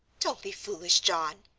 don't be foolish, john.